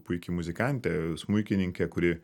puiki muzikantė smuikininkė kuri